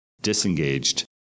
disengaged